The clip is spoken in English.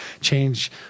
change